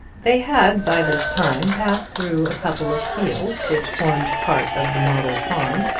they had by this time passed through a couple of fields which formed part of the model farm,